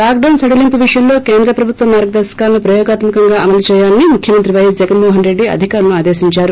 lock డౌస్ సడలింపు విషయంలో కేంద్ర ప్రభుత్వ మార్గదర్భకాలను ప్రయోగాత్మకం అమలు చేయాలని ముఖ్యమంత్రి పైఎస్ జగన్మోహనరెడ్డి అధికారులను ఆదేశించారు